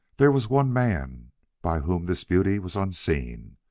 there was one man by whom this beauty was unseen.